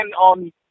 on